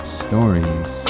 stories